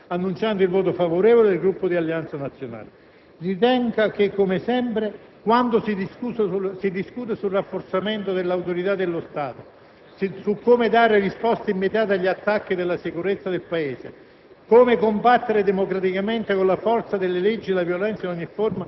Onorevole Presidente, onorevoli senatori, chiudo questo mio breve intervento annunciando il voto favorevole del Gruppo di AN. Ritengo che, come sempre, quando si discute di rafforzamento dell'autorità dello Stato, di come dare risposte immediate ad attacchi alla sicurezza del Paese,